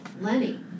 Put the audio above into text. Lenny